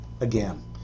again